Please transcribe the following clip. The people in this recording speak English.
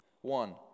One